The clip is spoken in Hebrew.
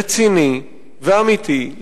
רציני ואמיתי,